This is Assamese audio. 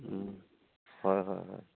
হয় হয় হয়